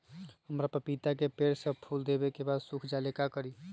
हमरा पतिता के पेड़ सब फुल देबे के बाद सुख जाले का करी?